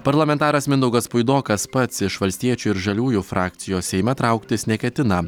parlamentaras mindaugas puidokas pats iš valstiečių ir žaliųjų frakcijos seime trauktis neketina